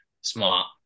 smart